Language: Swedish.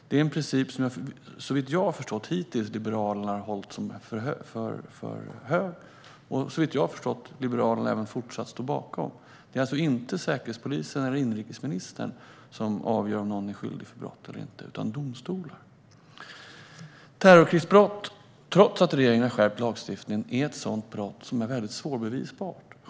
Det är en princip som, såvitt jag har förstått det, Liberalerna hittills hållit hög och som de fortfarande står bakom. Det är inte Säkerhetspolisen eller inrikesministern som avgör om någon är skyldig till brott eller inte, utan det gör domstolar. Trots att regeringen har skärpt lagstiftningen är terrorkrigsbrott svårbevisbart.